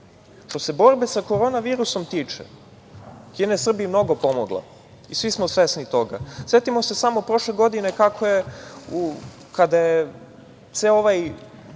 se borbe sa koronavirusom tiče, Kina je Srbiji mnogo pomogla i svi smo svesni toga. Setimo se samo prošle godine kako je kada je ceo